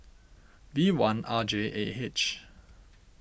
V one R J A H